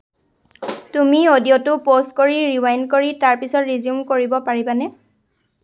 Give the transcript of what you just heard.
তুমি অডিঅ'টো প'জ কৰি ৰিৱাইণ্ড কৰি তাৰপিছত ৰিজ্যুম কৰিব পাৰিবানে